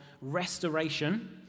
restoration